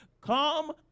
Come